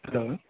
hello